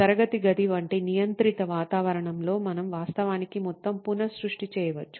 తరగతి గది వంటి నియంత్రిత వాతావరణంలో మనం వాస్తవానికి మొత్తం పునఃసృష్టి చేయవచ్చు